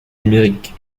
numérique